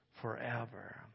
forever